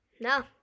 No